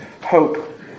hope